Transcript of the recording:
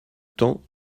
temps